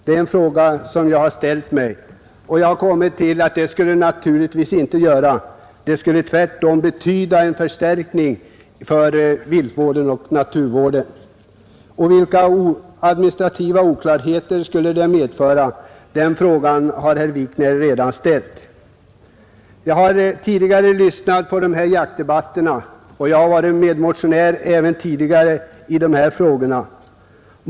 Det är en fråga som jag ställt mig. Jag har kommit fram till att ett sådant stöd tvärtom skulle betyda ,en förstärkning för viltvården och naturvården. Vilka administrativa oklarheter skulle det medföra? Den frågan har herr Wikner redan ställt. Jag har tidigare lyssnat till dessa jaktdebatter och varit medmotionär i dessa frågor.